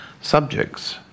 subjects